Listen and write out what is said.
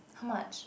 how much